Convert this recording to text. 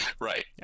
Right